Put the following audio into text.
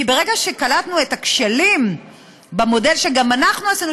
כי ברגע שקלטנו את הכשלים במודל שגם אנחנו עשינו,